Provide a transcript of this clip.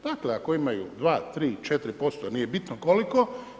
Dakle, ako imaju 2, 3, 4%, nije bitno koliko.